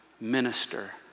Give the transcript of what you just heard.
minister